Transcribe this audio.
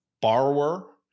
borrower